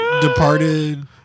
Departed